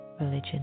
religion